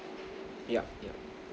yup yup